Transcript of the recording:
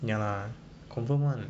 ya lah confirm [one]